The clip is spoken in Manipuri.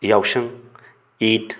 ꯌꯥꯎꯁꯪ ꯏꯗ